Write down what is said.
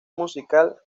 musical